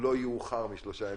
שלא יאוחר משלושה ימים,